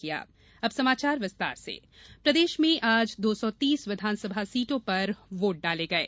मतदान प्रदेश में आज दो सौ तीस विधानसभा सीटों पर वोट डाले गये